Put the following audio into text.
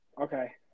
Okay